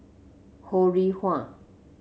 Ho Rih Hwa